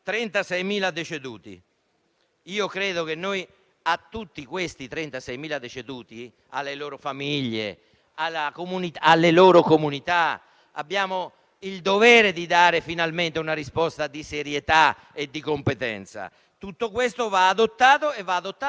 Presidente, colleghi, anch'io sono un po' colpito dagli interventi di questo dibattito. In genere non faccio mai polemiche, ma questa volta ne voglio fare una rispetto ad alcuni interventi.